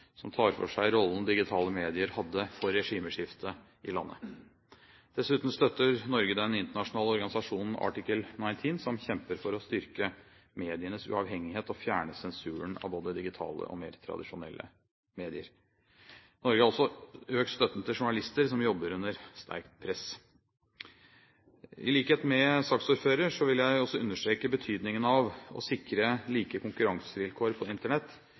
som tar for seg rollen digitale medier hadde for regimeskiftet i landet. Dessuten støtter Norge den internasjonale organisasjonen ARTICLE 19, som kjemper for å styrke medienes uavhengighet og fjerne sensuren av både digitale og mer tradisjonelle medier. Norge har også økt støtten til journalister som jobber under sterkt press. I likhet med saksordføreren vil jeg også understreke betydningen av å sikre like konkurransevilkår på Internett.